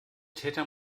täter